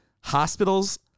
hospitals